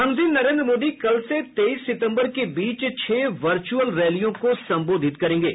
प्रधानमंत्री नरेन्द्र मोदी कल से तेईस सितम्बर के बीच छह वर्चुअल रैलियों को संबोधित करेंगे